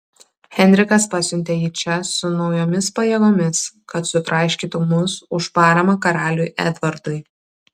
henrikas pasiuntė jį čia su naujomis pajėgomis kad sutraiškytų mus už paramą karaliui edvardui